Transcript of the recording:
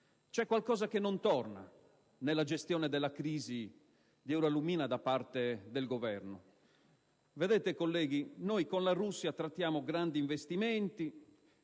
C'è qualcosa che non torna nella gestione della crisi di Eurallumina Srl da parte del Governo. Vedete, colleghi, noi con la Russia trattiamo grandi investimenti,